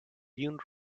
dune